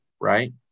Right